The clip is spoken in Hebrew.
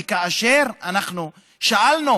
כאשר אנחנו שאלנו